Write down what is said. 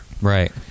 right